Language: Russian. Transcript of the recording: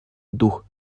дух